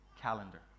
calendar